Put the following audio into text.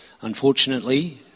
unfortunately